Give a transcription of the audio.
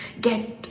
get